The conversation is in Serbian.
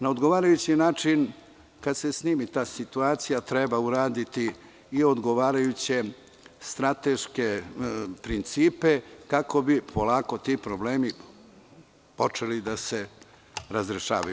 Na odgovarajući način, kada snimi ta situacija, treba uraditi i odgovarajuće strateške principe kako bi polako ti problemi počeli da se razrešavaju.